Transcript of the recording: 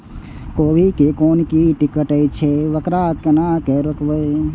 गोभी के कोन कीट कटे छे वकरा केना रोकबे?